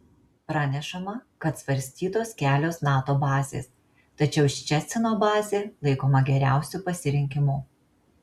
pranešama kad svarstytos kelios nato bazės tačiau ščecino bazė laikoma geriausiu pasirinkimu